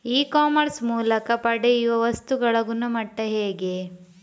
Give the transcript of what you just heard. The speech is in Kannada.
ಇ ಕಾಮರ್ಸ್ ಮೂಲಕ ಪಡೆಯುವ ವಸ್ತುಗಳ ಗುಣಮಟ್ಟ ಹೇಗೆ?